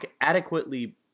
adequately